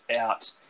out